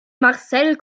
marcel